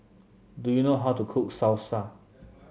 do you know how to cook Salsa